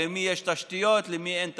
למי יש תשתיות, למי אין תשתיות?